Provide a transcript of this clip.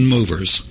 Movers